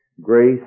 Grace